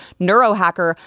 Neurohacker